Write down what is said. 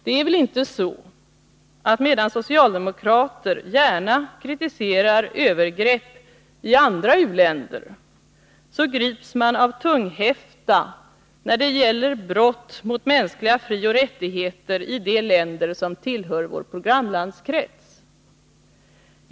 Det är väl inte så att medan socialdemokrater gärna kritiserar övergrepp i andra u-länder så grips man av tunghäfta när det gäller brott mot mänskliga frioch rättigheter i de länder som tillhör vår programlandskrets?